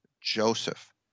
Joseph